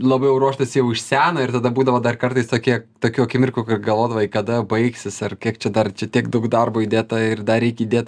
labiau ruoštasi jau iš seno ir tada būdavo dar kartais tokie tokių akimirkų galvodavai kada baigsis ar kiek čia dar čia tiek daug darbo įdėta ir dar reik įdėt